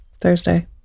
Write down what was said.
thursday